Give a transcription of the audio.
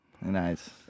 Nice